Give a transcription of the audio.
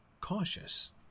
cautious